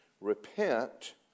Repent